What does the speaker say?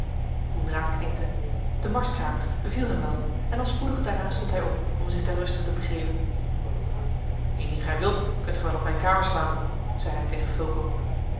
coenraad knikte de marskramer beviel hem wel en al spoedig daarna stond hij op om zich ter ruste te begeven indien gij wilt kunt ge wel op mijne kamer slapen zeide hij tegen fulco